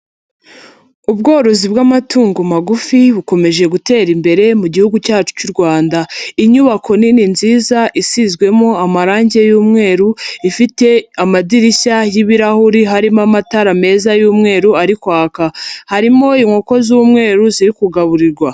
Ubworozi bw'amatungo magufi bukomeje gutera imbere mu gihugu cyacu cy'u Rwanda, inyubako nini nziza isizwemo amarange y'umweru ifite amadirishya y'ibirahuri harimo amatara meza y'umweru ari kwaka, harimo inkoko z'umweru ziri kugaburirwa.